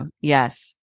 yes